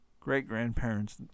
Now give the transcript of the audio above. great-grandparents